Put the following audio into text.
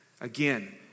Again